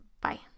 Bye